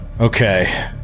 Okay